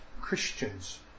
Christians